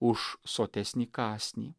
už sotesnį kąsnį